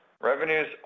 Revenues